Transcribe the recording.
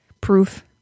proof